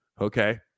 okay